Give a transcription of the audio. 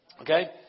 Okay